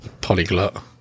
Polyglot